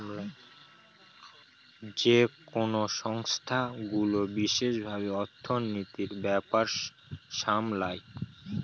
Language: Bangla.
যেকোনো সংস্থাগুলো বিশেষ ভাবে অর্থনীতির ব্যাপার সামলায়